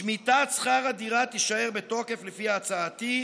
שמיטת שכר הדירה תישאר בתוקף, לפי הצעתי,